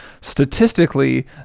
statistically